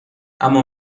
اما